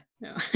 no